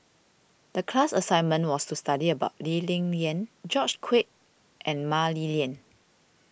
the class assignment was to study about Lee Ling Yen George Quek and Mah Li Lian